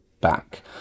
back